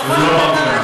בסופו של דבר,